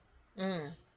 hmm